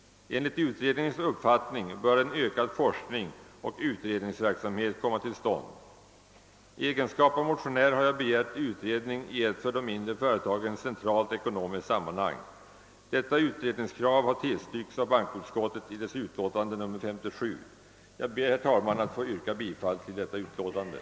Enligt utredningens uppfattning bör en ökad forskning och utredningsverksamhet komma till stånd. I egenskap av motionär har jag begärt utredning i ett för de mindre företagen centralt ekonomiskt sammanhang. Detta utredningskrav har tillstyrkts av bankoutskottet i dess utlåtande nr 57. Jag ber, herr talman, att få yrka bifall till utskottets hemställan.